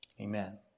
Amen